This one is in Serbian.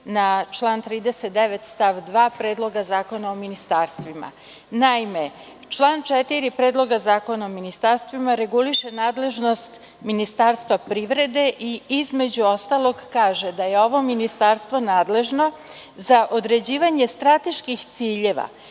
na član 39. stav 2. Predloga zakona o ministarstvima. Naime, član 4. Predloga zakona ministarstvima reguliše nadležnost Ministarstva privrede i, između ostalog, kaže da je ovo ministarstvo nadležno za određivanje strateških ciljeva,